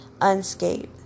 unscathed